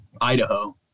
Idaho